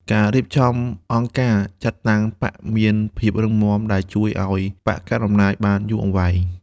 ការរៀបចំអង្គការចាត់តាំងបក្សមានភាពរឹងមាំ ដែលជួយឱ្យបក្សកាន់អំណាចបានយូរអង្វែង។